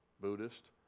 Buddhist